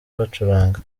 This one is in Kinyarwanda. bacuranga